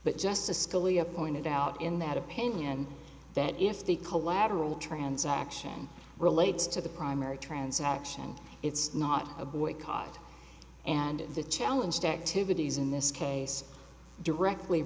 but justice scalia pointed out in that opinion that if the collateral transaction relates to the primary transaction it's not a boycott and the challenge to activities in this case directly